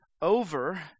over